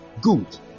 Good